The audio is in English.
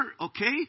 okay